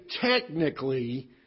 technically